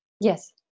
yes